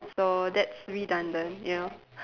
so that's redundant you know